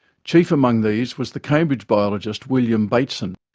chief among these was the cambridge biologist william bateson,